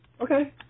Okay